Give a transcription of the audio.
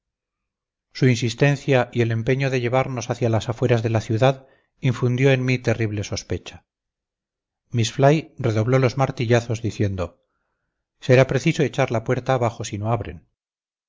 su insistencia y el empeño de llevarnos hacia las afueras de la ciudad infundió en mí terrible sospecha miss fly redobló los martillazos diciendo será preciso echar la puerta abajo si no abren